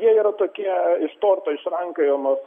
jie yra tokie iš torto išrankiojamos